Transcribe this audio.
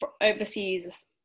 overseas